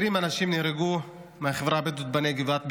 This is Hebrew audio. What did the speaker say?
20 אנשים מהחברה הבדואית בנגב נהרגו,